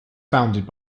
founded